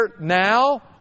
now